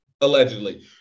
allegedly